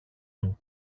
του